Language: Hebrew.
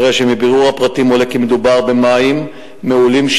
הרי שמבירור הפרטים עולה כי מדובר במים מהולים,